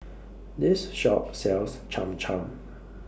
This Shop sells Cham Cham